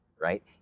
right